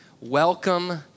welcome